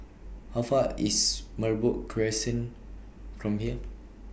How Far IS Merbok Crescent from here